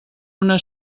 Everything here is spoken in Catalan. una